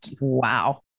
wow